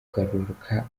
kugaruka